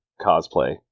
cosplay